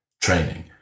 training